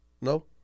No